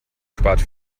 spart